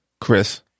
Chris